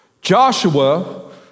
Joshua